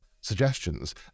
suggestions